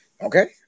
Okay